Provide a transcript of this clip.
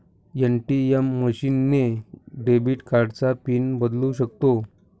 ATM machine ने debit कार्डचा pin बदलू शकतो